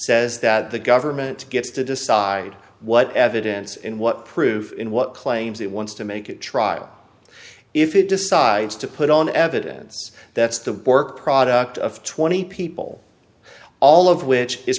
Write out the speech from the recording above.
says that the government gets to decide what evidence and what proof in what claims it wants to make a trial if it decides to put on evidence that's the work product of twenty people all of which is